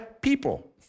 people